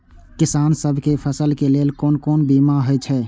किसान सब के फसल के लेल कोन कोन बीमा हे छे?